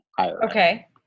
Okay